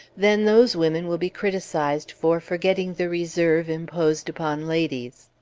then those women will be criticized for forgetting the reserve imposed upon ladies.